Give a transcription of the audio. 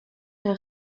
der